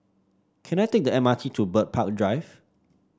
can I take the M R T to Bird Park Drive